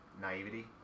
naivety